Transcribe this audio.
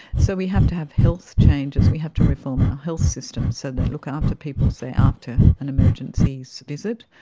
so we have to have health changes, we have to reform our health systems so they look um after people, say after an emergency so visit.